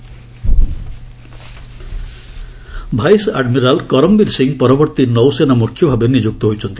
ନାଭି chief vice admiral Karambir Singh ପରବର୍ତ୍ତୀ ନୌସେନା ମୁଖ୍ୟ ଭାବେ ନିଯୁକ୍ତ ହୋଇଛନ୍ତି